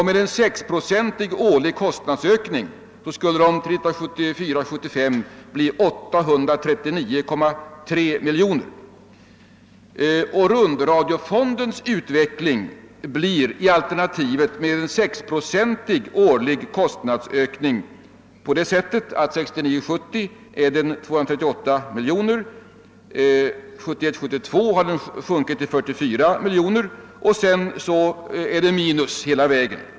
Med en 6-procentig årlig kostnadsökning skulle de 1974 70 men har 1971/72 sjunkit till 44 miljoner, och sedan är det minus hela vägen.